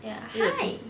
ya hi